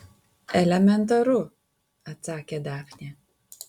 elementaru atsakė dafnė